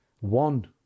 one